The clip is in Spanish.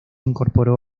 incorporó